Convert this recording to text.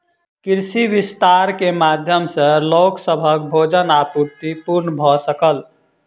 कृषि विस्तार के माध्यम सॅ लोक सभक भोजन आपूर्ति पूर्ण भ सकल